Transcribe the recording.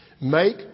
Make